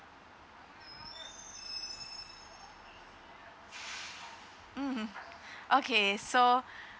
mm okay so